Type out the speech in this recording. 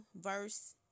verse